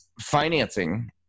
financing